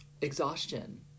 exhaustion